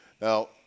now